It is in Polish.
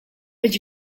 być